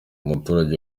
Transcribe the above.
umuturage